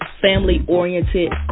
family-oriented